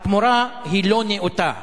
התמורה היא לא נאותה.